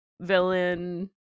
villain